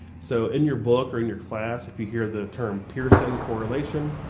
so in your book or in your class if you hear the term pearson correlation,